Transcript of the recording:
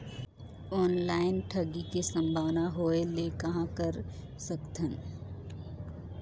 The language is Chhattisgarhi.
ऑनलाइन ठगी के संभावना होय ले कहां कर सकथन?